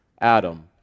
Adam